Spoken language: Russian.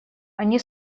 они